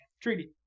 Treaty